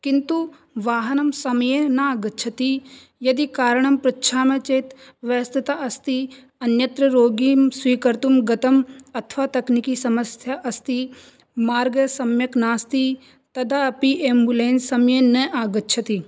किन्तु वाहनं समये न आगच्छति यदि कारणं पृच्छामः चेत् व्यस्तता अस्ति अन्यत्र रोगिणं स्वीकर्तुं गतम् अथवा तकनीकीसमस्या अस्ति मार्गः सम्यक् नास्ति तदा अपि आम्बुलेन्स् समये न आगच्छति